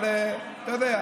אתה יודע.